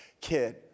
kid